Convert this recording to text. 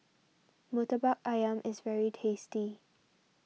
Murtabak Ayam is very tasty